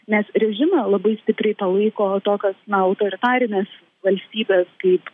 nes režimą labai stipriai palaiko tokios na autoritarinės valstybės kaip